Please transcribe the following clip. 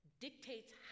dictates